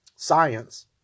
science